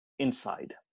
inside